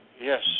Yes